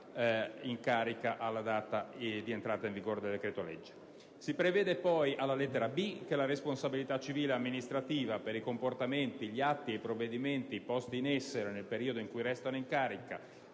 Si prevede poi, alla lettera *b),* che la responsabilità civile ed amministrativa per i comportamenti, gli atti ed i provvedimenti posti in essere, nel periodo in cui restano in carica,